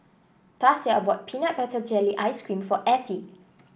Tasia bought Peanut Butter Jelly Ice cream for Ethie